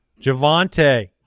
Javante